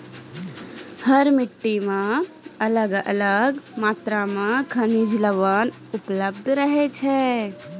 हर मिट्टी मॅ अलग अलग मात्रा मॅ खनिज लवण उपलब्ध रहै छै